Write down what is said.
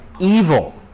evil